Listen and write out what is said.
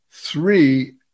Three